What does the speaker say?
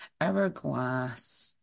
Hourglass